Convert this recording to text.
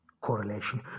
correlation